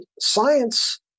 science